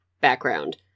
background